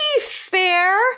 fair